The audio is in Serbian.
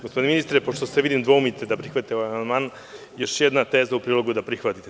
Gospodine ministre, pošto vidim da se dvoumite da prihvatite ovaj amandman, još jedna teza u prilog da prihvatite.